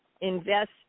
Invest